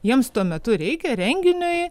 jiems tuo metu reikia renginiui